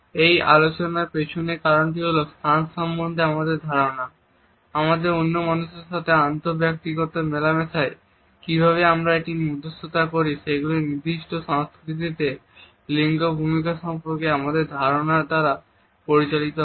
এই আলোচনার পেছনে কারণটি হলো স্থান সম্বন্ধে আমাদের ধারণা আমাদের অন্য মানুষের সাথে আন্তঃব্যক্তিগত মেলামেশায় কিভাবে আমরা এটি মধ্যস্থতা করি সেগুলি নির্দিষ্ট সংস্কৃতিতে লিঙ্গ ভূমিকা সম্পর্কে আমাদের ধারনার দ্বারা পরিচালিত হয়